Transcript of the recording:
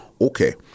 okay